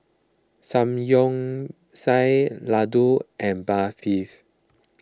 Samgyeopsal Ladoo and Barfis